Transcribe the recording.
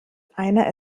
einer